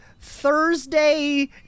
Thursday